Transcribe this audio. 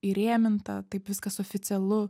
įrėminta taip viskas oficialu